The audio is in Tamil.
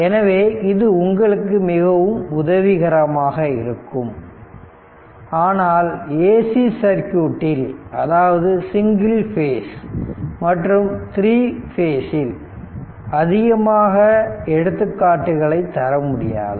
எனவே இது உங்களுக்கு மிகவும் உதவிகரமாக இருக்கும் ஆனால் ஏசி சர்க்யூட்டில் அதாவது சிங்கிள் பேஸ் மற்றும் 3 பேஸ்சில் அதிகமாக எடுத்துக்காட்டுகளை தர முடியாது